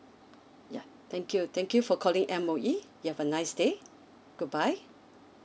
yeah thank you thank you for calling M_O_E you have a nice day goodbye